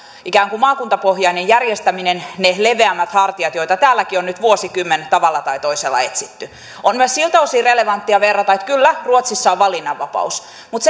ikään kuin maakuntapohjainen järjestäminen ne leveämmät hartiat joita täälläkin on nyt vuosikymmen tavalla tai toisella etsitty on myös siltä osin relevanttia verrata että kyllä ruotsissa on valinnanvapaus mutta